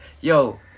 Yo